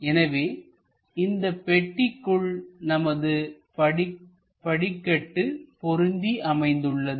எனவே இந்தப் பெட்டிக்குள் நமது படிக்கட்டு பொருந்தி அமைந்துள்ளது